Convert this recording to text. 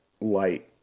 light